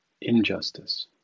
injustice